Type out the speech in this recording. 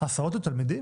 זה הסעות לתלמידים,